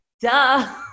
duh